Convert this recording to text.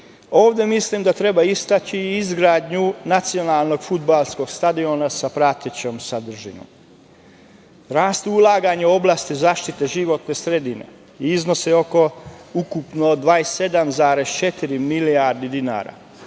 mislim da treba istaći i izgradnju Nacionalnog fudbalskog stadiona sa pratećom sadržinom. Rast ulaganja u oblasti zaštite životne sredine i iznose ukupno 27,4 milijardi dinara.